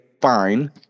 fine